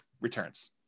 returns